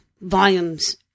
volumes